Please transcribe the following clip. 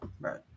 Right